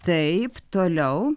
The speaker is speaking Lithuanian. taip toliau